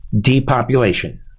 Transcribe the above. depopulation